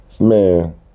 Man